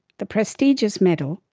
the prestigious medal,